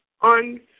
on